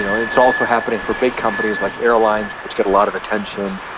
you know it's also happening for big companies, like airlines, which get a lot of attention.